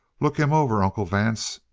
look him over, uncle vance.